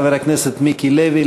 חבר הכנסת מיקי לוי,